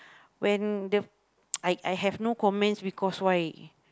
when the I I have no comments because why